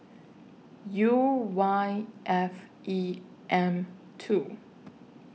U Y F E M two